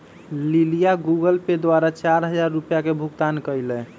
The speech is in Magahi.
लिलीया गूगल पे द्वारा चार हजार रुपिया के भुगतान कई लय